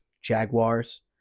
jaguars